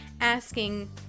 asking